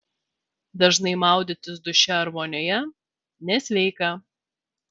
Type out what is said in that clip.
dažnai maudytis duše ar vonioje nesveika